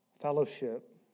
fellowship